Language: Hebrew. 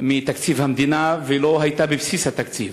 מתקציב המדינה ולא הייתה בבסיס התקציב.